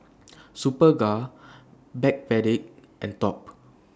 Superga Backpedic and Top